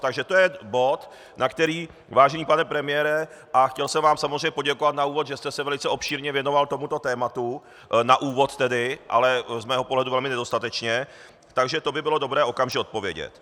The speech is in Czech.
Takže to je bod, na který, vážený pane premiére a chtěl jsem vám samozřejmě poděkovat na úvod, že jste se velice obšírně věnoval tomuto tématu, na úvod tedy, ale z mého pohledu velmi nedostatečně, takže by bylo dobré okamžitě odpovědět.